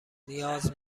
نیاز